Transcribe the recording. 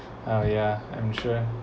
ah yeah I'm sure